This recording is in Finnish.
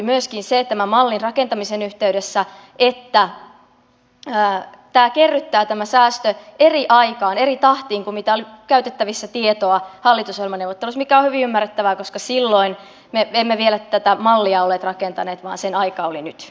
tämän mallin rakentamisen yhteydessä tarkentui myös se että tämä säästö kerryttää eri aikaan eri tahtiin kuin mitä oli käytettävissä tietoa hallitusohjelmaneuvotteluissa mikä oli hyvin ymmärrettävää koska silloin me emme vielä tätä mallia olleet rakentaneet vaan sen aika oli nyt